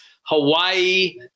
Hawaii